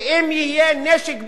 שאם יהיה נשק ביולוגי,